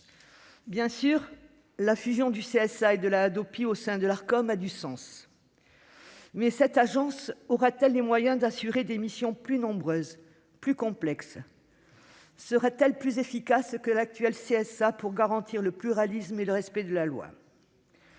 Bien sûr, la fusion du CSA et de la Hadopi au sein de l'Arcom a du sens. Mais cette agence aura-t-elle les moyens d'assurer des missions plus nombreuses et plus complexes ? Sera-t-elle plus efficace que l'actuel CSA pour garantir le pluralisme et le respect de la loi ?